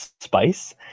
spice